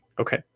Okay